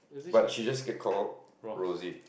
but she just get called Rosie